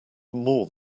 more